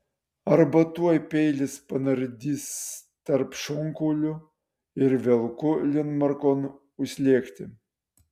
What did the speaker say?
arba tuoj peilis panardys tarp šonkaulių ir velku linmarkon užslėgti